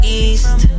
east